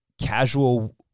casual